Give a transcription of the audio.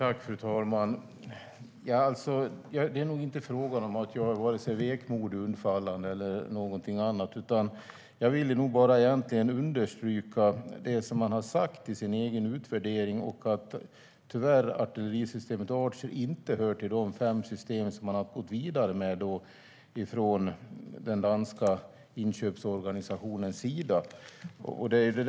Fru talman! Jag är nog inte vare sig vekmodig, undfallande eller något annat. Jag ville bara understryka det man har sagt i sin egen utvärdering, att artillerisystemet Archer tyvärr inte hör till de fem system som man har gått vidare med från den danska inköpsorganisationens sida.